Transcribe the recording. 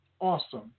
Awesome